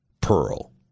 pearl